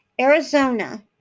Arizona